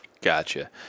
gotcha